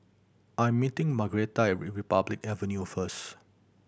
I'm meeting Margarett at Republic Avenue first